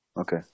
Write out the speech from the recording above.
Okay